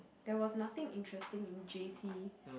there was nothing interesting in J_C